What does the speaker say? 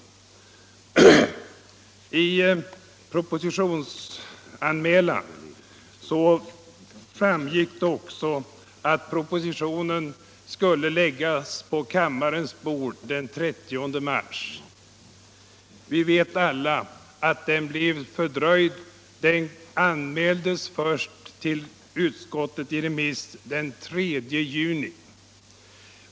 Av propositionsanmälan framgick att propositionen skulle läggas på kammarens bord den 30 mars 1976. Vi vet alla att den blev fördröjd. Den remitterades till utskott först den 3 juni.